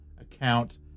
account